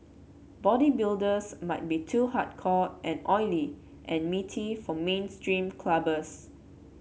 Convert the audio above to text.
bodybuilders might be too hardcore and oily and meaty for mainstream clubbers